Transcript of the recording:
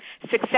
success